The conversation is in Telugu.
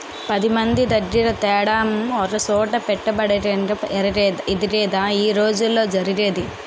పదిమంది దగ్గిర తేడం ఒకసోట పెట్టుబడెట్టటడం ఇదేగదా ఈ రోజుల్లో జరిగేది